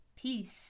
peace